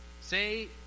Say